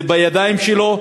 זה בידיים שלו.